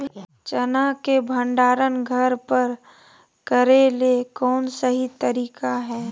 चना के भंडारण घर पर करेले कौन सही तरीका है?